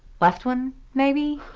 left one maybe.